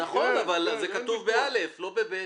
נכון, אבל זה כתוב ב-(א), לא ב-(ב).